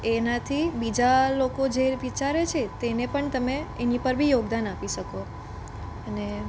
એનાથી બીજા લોકો જે વિચારે છે તેને પણ તમે એની ઉપર બી યોગદાન આપી શકો અને